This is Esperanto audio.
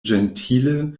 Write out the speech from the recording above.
ĝentile